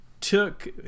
took